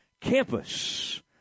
campus